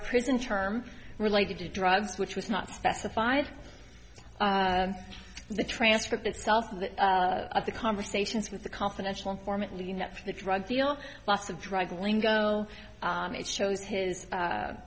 prison term related to drugs which was not specified in the transcript itself of the conversations with the confidential informant leading up to the drug deal lots of drug lingo it shows his